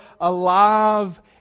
alive